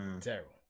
Terrible